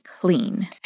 clean